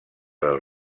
del